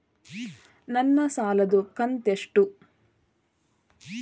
ನನ್ನ ಸಾಲದು ಕಂತ್ಯಷ್ಟು?